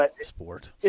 sport